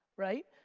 right?